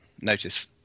notice